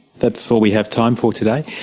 that's all we have time for today.